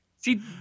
See